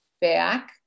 Back